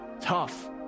tough